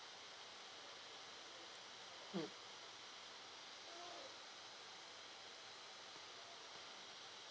mm